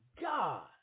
God